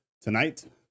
tonight